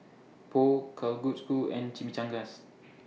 Pho Kalguksu and Chimichangas